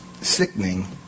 sickening